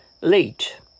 late